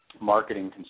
marketing